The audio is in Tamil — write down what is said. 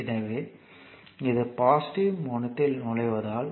எனவே இது பாசிட்டிவ் முனையத்தில் நுழைவதால்